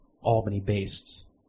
Albany-based